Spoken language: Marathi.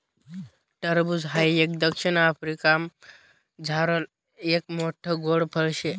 टरबूज हाई एक दक्षिण आफ्रिकामझारलं एक मोठ्ठ गोड फळ शे